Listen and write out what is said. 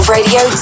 Radio